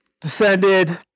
descended